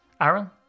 Aaron